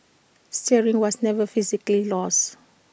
steering was never physically lost